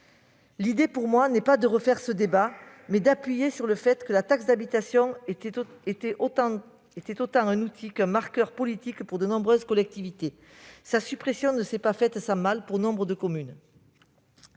L'idée est non pas de reprendre ce débat, mais d'appuyer sur le fait que la taxe d'habitation était autant un outil qu'un marqueur politique pour de nombreuses collectivités. Sa suppression ne s'est pas faite sans mal pour nombre de communes.